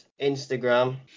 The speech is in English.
instagram